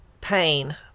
pain